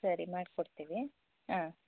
ಸರಿ ಮಾಡ್ಕೊಡ್ತೀವಿ ಹಾಂ